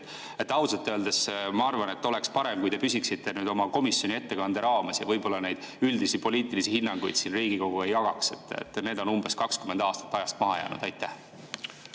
Ausalt öeldes ma arvan, et oleks parem, kui te püsiksite oma komisjoni ettekande raames ja võib-olla üldisi poliitilisi hinnanguid siin Riigikogu ees ei jagaks. Need on umbes 20 aastat ajast maha jäänud. Ma